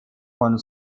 von